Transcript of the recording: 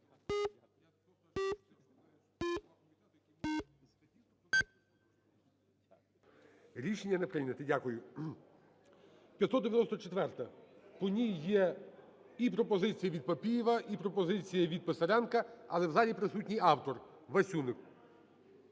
Рішення не прийнято. Дякую. 594-а. По ній є і пропозиція відПапієва, і пропозиція від Писаренка, але в залі присутній автор Васюник.